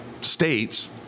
states